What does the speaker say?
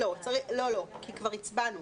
לא, כי כבר הצבענו.